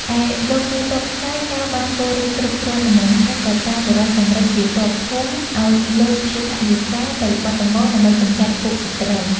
ឯលោកមេទ័ពខ្មែរ កាលបានពលរេហ៍គ្រប់គ្រាន់ល្មមហើយ ក៏តាំងបុរសសំរិទ្ធជាទ័ពធំឲ្យលើកព្យូហយាត្រាទៅបាត់ដំបងដើម្បីកម្ចាត់ពួកសត្រូវ ។